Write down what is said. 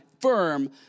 firm